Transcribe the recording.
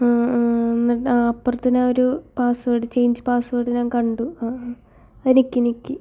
ആഹ് ആഹ് എന്നിട്ട് അപ്പുറത്ത് ഞാനൊരു പാസ്സ്വേഡ് ചെയ്ഞ്ച് പാസ്വേഡ് ഞാൻ കണ്ടു അത് നെക്കി നെക്കി